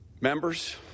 Members